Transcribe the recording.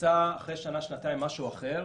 אחרי שנה או שנתיים היא רוצה משהו אחר,